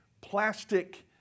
plastic